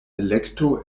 elekto